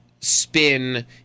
spin